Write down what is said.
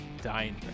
dying